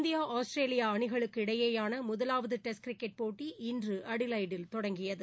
India Australia அணிகளுக்கு இடையேயான முதலாவது டெஸ்ட் கிரிக்கெட் போட்டி இன்று அடிவைடில் தொடங்கியது